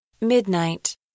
Midnight